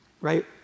Right